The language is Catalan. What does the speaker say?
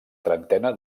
trentena